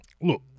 look